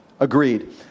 Agreed